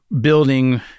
building